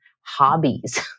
hobbies